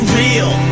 real